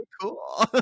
Cool